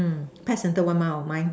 patterned one mile my